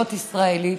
ולהיות ישראלית,